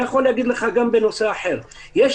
אני יכול להגיד לך גם בנושא אחר יש